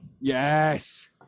Yes